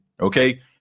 Okay